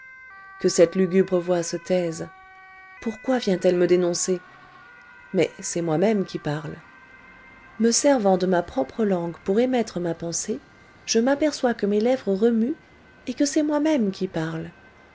que cette lugubre voix se taise pourquoi vient-elle me dénoncer mais c'est moi-même qui parle me servant de ma propre langue pour émettre ma pensée je m'aperçois que mes lèvres remuent et que c'est moi-même qui parle